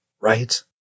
right